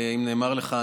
אם נאמר לך,